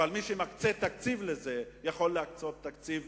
אבל מי שמקצה תקציב לזה יכול להקצות תקציב